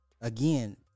again